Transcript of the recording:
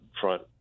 front